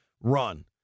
run